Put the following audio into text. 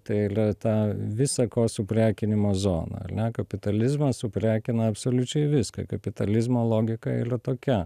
tai ylia tą visa ko suprekinimo zoną ar ne kapitalizmas suprekina absoliučiai viską kapitalizmo logika ylia tokia